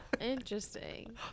Interesting